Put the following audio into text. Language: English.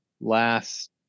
last